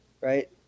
Right